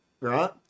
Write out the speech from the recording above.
right